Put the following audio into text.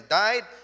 died